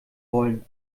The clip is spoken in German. wollen